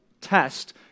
test